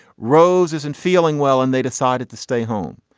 rose isn't feeling well and they decided to stay home.